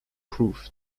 proof